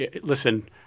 listen